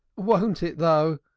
won't it though!